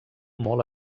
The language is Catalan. molt